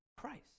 Christ